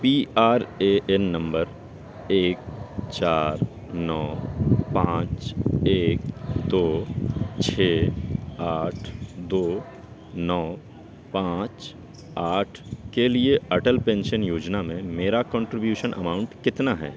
P R A N number ایک چار نو پانچ ایک دو چھ آٹھ دو نو پانچ آٹھ کے لیے اٹل پینشن یوجنا میں میرا کنٹریبیوشن اماؤنٹ کتنا ہے